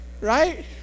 Right